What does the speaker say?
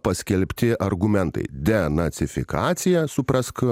paskelbti argumentai denacifikacija suprask